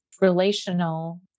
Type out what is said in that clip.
relational